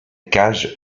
cage